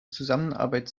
zusammenarbeit